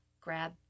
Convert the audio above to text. grab